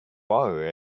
are